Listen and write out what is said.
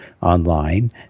online